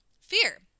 fear